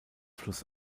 fluss